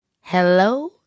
Hello